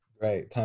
Right